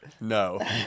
No